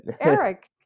Eric